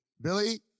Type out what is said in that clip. Billy